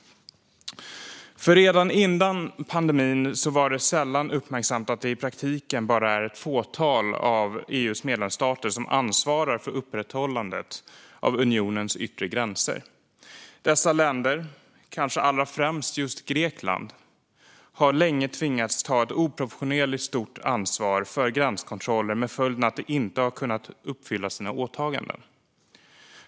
Redan före pandemin uppmärksammades det sällan att det i praktiken bara är ett fåtal av EU:s medlemsstater som ansvarar för upprätthållandet av unionens yttre gränser. Dessa länder, och kanske främst just Grekland, har länge tvingats ta ett oproportionerligt stort ansvar för gränskontroller med följden att de inte har kunnat uppfylla sina åtaganden.